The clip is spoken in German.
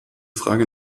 frage